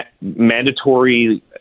mandatory